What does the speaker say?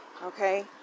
Okay